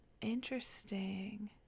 interesting